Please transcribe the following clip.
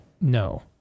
No